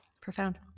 profound